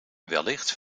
wellicht